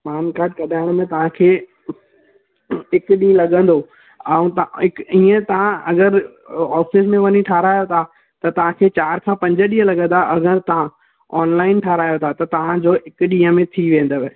पान card कढाइण में तव्हां खे हिकु ॾींहुं लॻंदो ऐं तव्हां हिक हीअं तव्हां अगरि ऑफ़िस में वञी ठाहिरायो था तव्हां खे चारि खां पंज ॾींहं लॻंदा अगरि तव्हां ऑनलाइन ठाहिरायो था त तव्हां जो हिक ॾींहं में थी वेंदव